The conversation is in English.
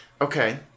Okay